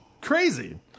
crazy